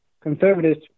conservatives